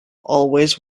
always